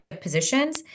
positions